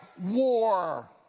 war